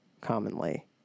commonly